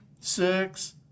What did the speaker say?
six